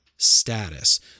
Status